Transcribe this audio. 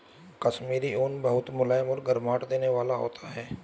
कश्मीरी ऊन बहुत मुलायम और गर्माहट देने वाला होता है